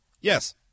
Yes